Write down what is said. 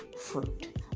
fruit